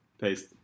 Paste